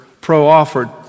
pro-offered